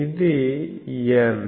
ఇది N